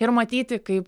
ir matyti kaip